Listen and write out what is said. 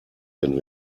den